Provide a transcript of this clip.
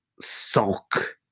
Sulk